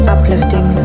Uplifting